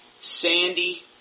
Sandy